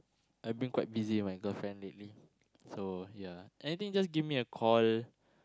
I've been quite busy with my girlfriend lately so ya anything just give me call